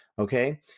Okay